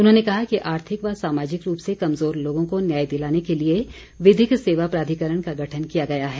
उन्होंने कहा कि आर्थिक व सामाजिक रूप से कमजोर लोगों को न्याय दिलाने के लिए विधिक सेवा प्राधिकरण का गठन किया गया है